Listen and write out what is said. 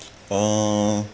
uh